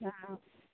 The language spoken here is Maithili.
हँ